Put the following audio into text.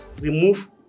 Remove